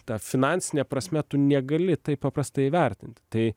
ta finansine prasme tu negali taip paprastai įvertinti tai